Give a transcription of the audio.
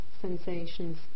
sensations